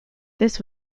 this